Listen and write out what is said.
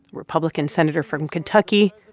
republican senator from kentucky,